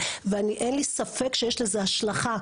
ואני אין לי ספק שיש לזה השלכה.